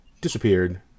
disappeared